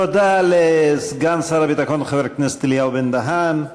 תודה לסגן שר הביטחון חבר הכנסת אלי בן-דהן.